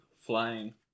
flying